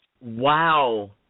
Wow